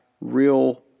real